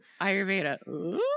Ayurveda